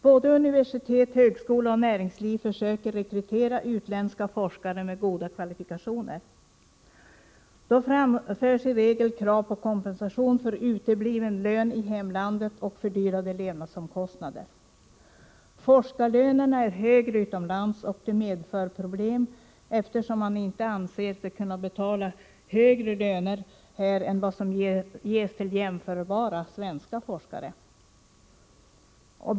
Både universitet, högskolor och näringsliv försöker rekrytera utländska forskare med goda kvalifikationer. Det framförs då i regel krav på kompensation för utebliven lön i hemlandet och för fördyrade levnadsomkostnader. Forskarlönerna är högre utomlands, och det medför problem, eftersom man inte anser sig kunna betala högre löner här än vad som ges till jämförbara svenska forskare.